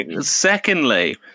Secondly